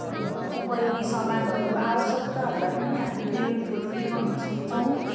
उपयोगी सामानहरू आवश्यकताहरूलाई पनि हामीले फुलफिल गर्नसक्छौँ